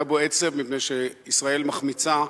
היה בו עצב מפני שישראל מחמיצה,